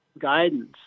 guidance